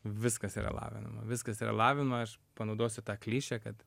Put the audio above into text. viskas yra lavinama viskas yra lavinama aš panaudosiu tą klišę kad